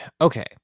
Okay